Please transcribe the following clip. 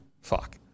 fuck